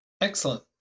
excellent